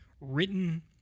written